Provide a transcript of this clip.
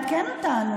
רגע, הוא מעדכן אותנו.